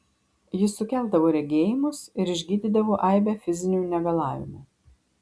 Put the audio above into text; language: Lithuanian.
jis sukeldavo regėjimus ir išgydydavo aibę fizinių negalavimų